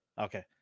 Okay